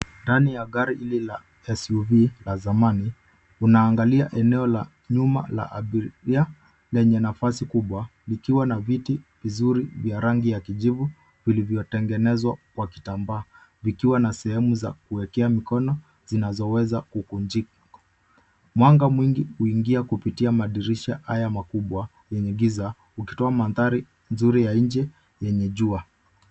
Ndani ya gari hili la SUV la zamani unaangalia eneo la nyuma ya abiria lenye nafasi kubwa likiwa na viti vizuri vya rangi ya kijivu vilivyotengenezwa kwa kitambaa vikiwa na sehemu za kuwekea mkono zinazoweza kukunjika. Mwanga mwingi huingia kupitia madirisha haya makubwa yenye giza ukitoa mandhari nzuri ya nje yenye jua.